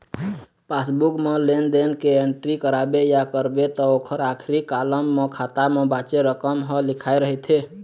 passbook म लेन देन के एंटरी कराबे या करबे त ओखर आखरी कालम म खाता म बाचे रकम ह लिखाए रहिथे